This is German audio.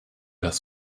das